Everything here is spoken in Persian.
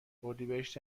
اردیبهشت